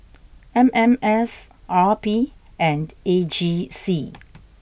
M M S R P and A G C